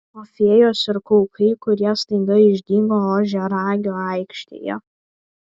o fėjos ir kaukai kurie staiga išdygo ožiaragio aikštėje